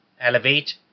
Elevate